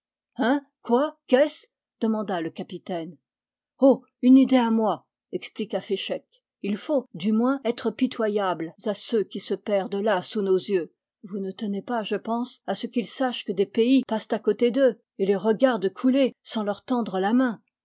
hein quoi qu'est-ce demanda le capitaine oh une idée à moi expliqua féchec il faut du moins être pitoyables à ceux qui se perdent là sous nos yeux vous ne tenez pas je pense à ce qu'ils sachent que des pays passent à côté d'eux et les regardent couler sans leur tendre la main